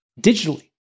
digitally